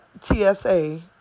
TSA